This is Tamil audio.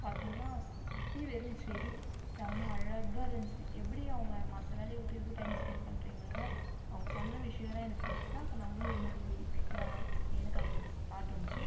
பார்த்தீங்கன்னா சுற்றி வெறும் செடி செம்மை அழகாக இருந்துச்சு எப்படி அவங்க மற்ற வேலையை விட்டு இதுக்கும் டைம் ஸ்பென்ட் பண்றீங்கனோல்ல அவங்க சொன்ன விஷயம் தான் எனக்கு பிடிச்சி தான் அப்போ நம்மளும் இதுமாதிரி வைக்கலாம் எனக்கு அது ஒரு தாட் வந்துச்சு